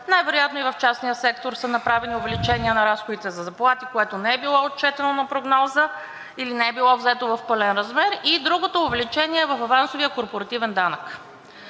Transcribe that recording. най-вероятно и в частния сектор са направени увеличения на разходите за заплати, което не е било отчетено на прогноза или не е било взето в пълен размер, и другото увеличение е в авансовия корпоративен данък,